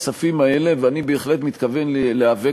ביום חמישי האחרון הוזמנתי לטקס סיום קורס